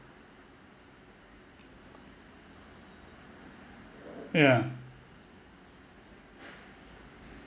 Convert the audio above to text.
yeah